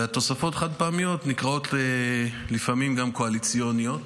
התוספות החד-פעמיות נקראות לפעמים גם "קואליציוניות",